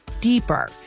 deeper